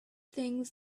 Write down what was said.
things